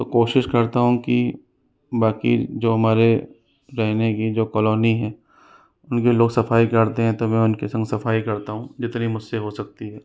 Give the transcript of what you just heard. तो कोशिश करता हूँ कि बाकी जो हमारे रहने की जो कॉलोनी है उनके लोग सफाई करते हैं तो मैं उनके संग सफ़ाई करता हूँ जितनी मुझसे हो सकती है